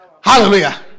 Hallelujah